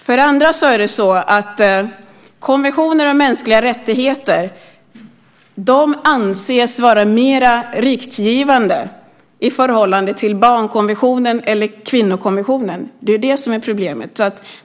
För det andra anses konventioner om mänskliga rättigheter vara mer riktgivande i förhållande till barnkonventioner och kvinnokonventioner. Det är det som är problemet.